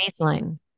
baseline